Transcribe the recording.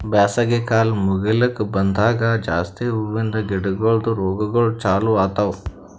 ಬ್ಯಾಸಗಿ ಕಾಲ್ ಮುಗಿಲುಕ್ ಬಂದಂಗ್ ಜಾಸ್ತಿ ಹೂವಿಂದ ಗಿಡಗೊಳ್ದು ರೋಗಗೊಳ್ ಚಾಲೂ ಆತವ್